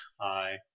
Hi